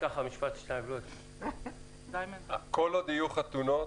כל עוד יהיו חתונות,